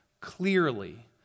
clearly